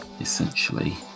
essentially